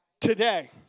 today